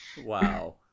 Wow